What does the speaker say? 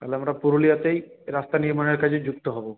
তাহলে আমরা পুরুলিয়াতেই রাস্তা নির্মাণের কাজে যুক্ত হব